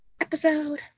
Episode